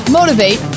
Motivate